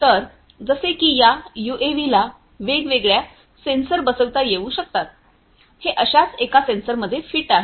तर जसे की या यूएव्हीला वेगवेगळ्या सेन्सर बसविता येऊ शकतात हे अशाच एका सेन्सरमध्ये फिट आहे